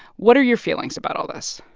what are your feelings about all this?